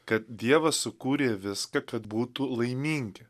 kad dievas sukūrė viską kad būtų laimingi